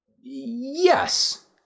Yes